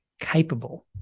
capable